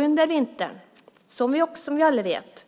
Under vintern har Europa, som vi alla vet,